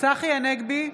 צחי הנגבי,